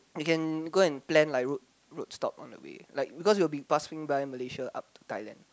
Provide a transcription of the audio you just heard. you can go and plan like road road stop on the way like because we will be passing by Malaysia up to Thailand